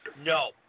No